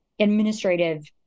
administrative